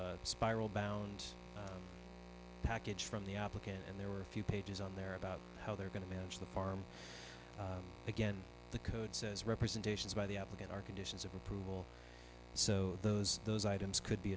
a spiral bound package from the application and there were a few pages on there about how they're going to manage the farm again the code says representations by the applicant are conditions of approval so those those items could be